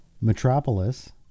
Metropolis